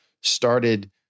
started